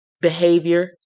behavior